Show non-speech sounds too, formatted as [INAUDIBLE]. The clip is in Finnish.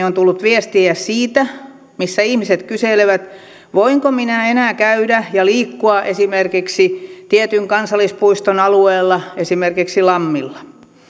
[UNINTELLIGIBLE] on tullut viestiä missä ihmiset kyselevät voinko minä enää käydä ja liikkua esimerkiksi tietyn kansallispuiston alueella esimerkiksi lammilla